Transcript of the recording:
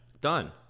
Done